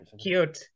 Cute